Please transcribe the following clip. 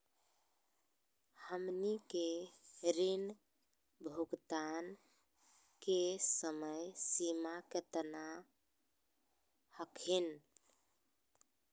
हमनी के ऋण भुगतान के समय सीमा केतना हखिन?